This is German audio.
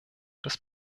des